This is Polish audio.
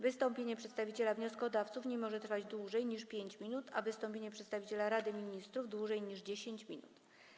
Wystąpienie przedstawiciela wnioskodawców nie może trwać dłużej niż 5 minut, a wystąpienie przedstawiciela Rady Ministrów - dłużej niż 10 minut.